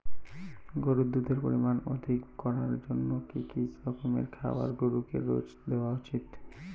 গরুর দুধের পরিমান অধিক করার জন্য কি কি রকমের খাবার গরুকে রোজ দেওয়া উচিৎ?